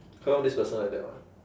how come this person like that mah